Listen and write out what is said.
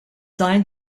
signed